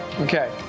Okay